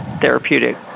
therapeutic